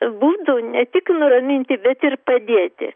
būdų ne tik nuraminti bet ir padėti